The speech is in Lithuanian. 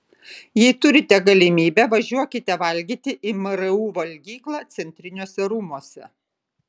jei turite galimybę važiuokite valgyti į mru valgyklą centriniuose rūmuose